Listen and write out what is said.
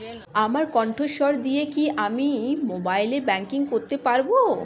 আমার কন্ঠস্বর দিয়ে কি আমি মোবাইলে ব্যাংকিং করতে পারবো?